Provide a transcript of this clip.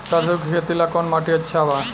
सरसों के खेती ला कवन माटी अच्छा बा?